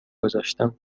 گذاشتم